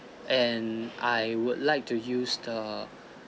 and I would like to use the